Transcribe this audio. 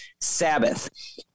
Sabbath